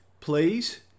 please